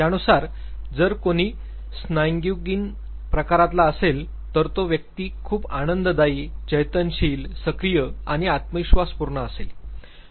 त्यानुसार जर कोणी स्यान्गुयीन प्रकारातला असेल तर तो व्यक्ती खूप आनंदायी चैतन्यशील सक्रिय आणि आत्मविश्वासपूर्ण असेल